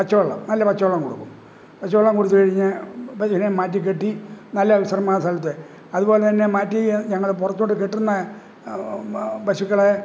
പച്ചവെള്ളം നല്ല പച്ചവെള്ളം കൊടുക്കും പച്ചവെള്ളം കൊടുത്തുകഴിഞ്ഞ് ഇതിനെ മാറ്റിക്കെട്ടി നല്ല വിശ്രമസ്ഥലത്ത് അതുപോലെ തന്നെ മാറ്റി ഞങ്ങളുടെ പുറത്തോട്ട് കെട്ടുന്ന പശുക്കളെ